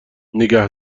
نگه